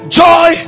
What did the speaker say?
joy